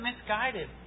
misguided